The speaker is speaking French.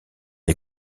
les